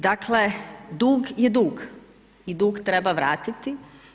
Dakle, dug je dug i dug treba vratiti.